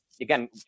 again